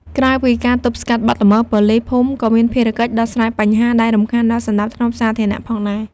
ក្រៅពីការទប់ស្កាត់បទល្មើស ប៉ូលីសភូមិក៏មានភារកិច្ច ដោះស្រាយបញ្ហាដែលរំខានដល់សណ្តាប់ធ្នាប់សាធារណៈ ផងដែរ។